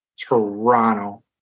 Toronto